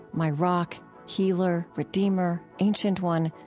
my rock, healer, redeemer, ancient one,